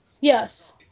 Yes